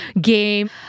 game